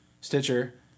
Stitcher